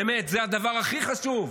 באמת, זה הדבר הכי חשוב,